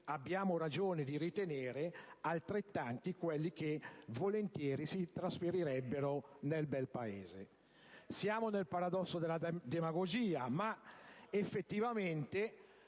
Siamo nel paradosso della demagogia, ma effettivamente,